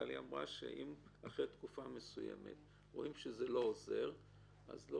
גלי אמרה שאם אחרי תקופה מסוימת רואים שזה לא עוזר אז צריך